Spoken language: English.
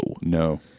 No